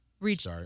reach